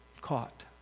caught